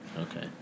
Okay